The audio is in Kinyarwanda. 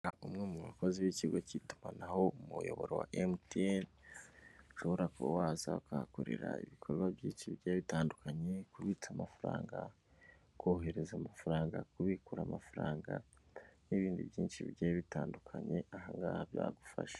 Umwe mu bakozi b'ikigo cy'itumanaho umuyoboro wa emutiyene, ushobora kuba waza ukahakorera ibikorwa byinshi bigiye bitandukanye, kubitsa amafaranga, kohereza amafaranga, kubikura amafaranga n'ibindi byinshi bigiye bitandukanye, aha ngaha byagufasha.